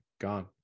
Gone